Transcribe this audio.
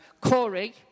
Corey